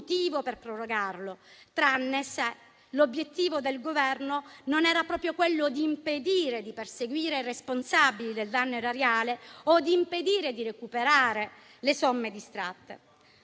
per prorogarlo, a meno che l'obiettivo del Governo non era proprio impedire di perseguire i responsabili del danno erariale o impedire di recuperare le somme distratte.